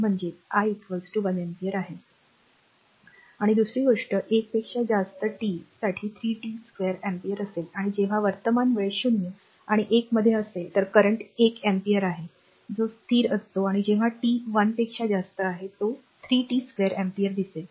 म्हणजे i एक ampere आहे आणि दुसरी गोष्ट 1 पेक्षा जास्त टी साठी 3 t 2 ampere असेल आणि जेव्हा वर्तमान वेळ 0 आणि 1 मध्ये असेल तर current एक एम्पीअर आहे जो स्थिर असतो आणि जेव्हा टी 1 पेक्षा जास्त आहे तो 3 t 2 अँपिअर दिले आहे